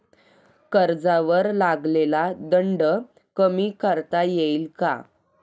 कर्जावर लागलेला दंड कमी करता येईल का?